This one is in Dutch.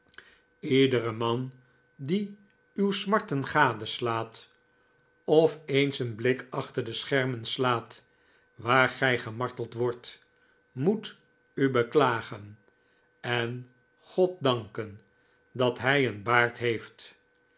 iedere man die uw smarten gadeslaat of eens een blik achter de schermen slaat waar gij gemarteld wordt moet u beklagen en god danken dat hij een baard heeft